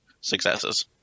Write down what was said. successes